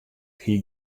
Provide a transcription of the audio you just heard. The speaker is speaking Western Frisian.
hie